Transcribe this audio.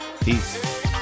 Peace